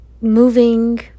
moving